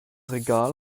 regal